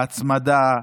הצמדה,